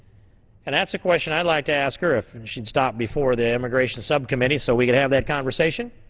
and that's a question i'd like to ask her if she'd stop before the immigration subcommittee so we can have that conversation.